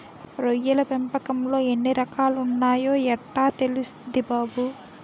రొయ్యల పెంపకంలో ఎన్ని రకాలున్నాయో యెట్టా తెల్సుద్ది బాబూ?